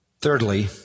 Thirdly